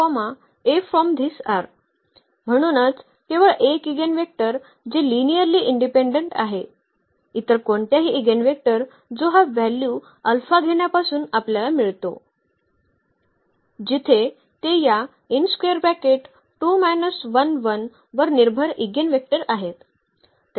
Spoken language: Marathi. म्हणूनच केवळ एक इगेनवेक्टर जे लिनिअर्ली इंडिपेंडेंट आहे इतर कोणत्याही इगेनवेक्टर जो हा व्हॅल्यू अल्फा घेण्यापासून आपल्याला मिळतो जिथे ते या वर निर्भर इगेनवेक्टर आहेत